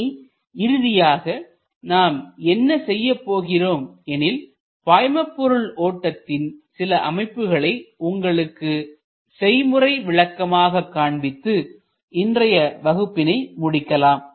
இனி இறுதியாக நாம் என்ன செய்யப் போகிறோம் எனில் பாய்மபொருள் ஓட்டத்தின் சில அமைப்புகளை உங்களுக்கு செய்முறை விளக்கமாக காண்பித்து இன்றைய வகுப்பினை முடிக்கலாம்